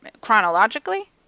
chronologically